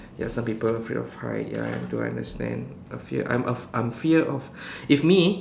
ya some people afraid of height ya I do understand a fear I'm af~ I'm fear of if me